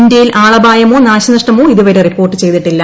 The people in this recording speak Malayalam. ഇന്ത്യയിൽ ആളപായമോ നാശനഷ്ടമോ ഇതുവരെ റിപ്പോർട്ട് ചെയ്തിട്ടില്ല